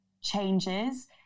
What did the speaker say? changes